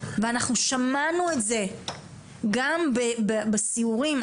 ואנחנו שמענו את זה גם בסיורים,